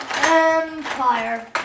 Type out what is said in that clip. Empire